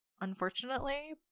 unfortunately